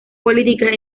políticas